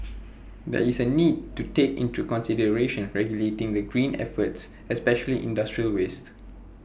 there is A need to take into consideration regulating the green efforts especially industrial waste